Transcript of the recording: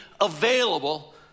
available